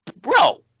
bro